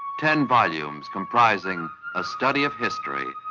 ten volumes comprising a study of history,